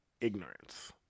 Ignorance